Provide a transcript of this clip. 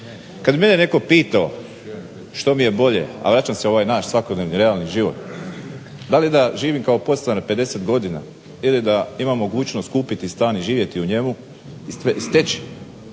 Kad bi mene netko pitao što mi je bolje, a vraćam se na ovaj naš svakodnevni realni život, da li da živim kao podstanar 50 godina ili da imam mogućnosti kupiti stan i živjeti u njemu i steći